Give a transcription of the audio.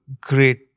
great